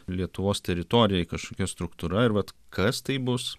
lietuvos teritorijai kažkokia struktūra ir vat kas tai bus